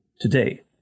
today